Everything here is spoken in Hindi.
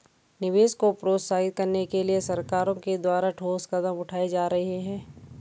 निवेश को प्रोत्साहित करने के लिए सरकारों के द्वारा ठोस कदम उठाए जा रहे हैं